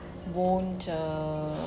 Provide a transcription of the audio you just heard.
won't uh